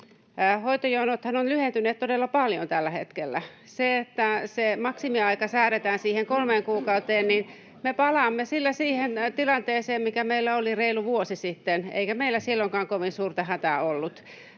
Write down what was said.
hoitojonothan ovat lyhentyneet todella paljon tällä hetkellä. Sillä, että se maksimiaika säädetään siihen kolmeen kuukauteen, me palaamme siihen tilanteeseen, mikä meillä oli reilu vuosi sitten, [Perussuomalaisten ryhmästä: Juuri